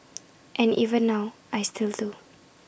and even now I still do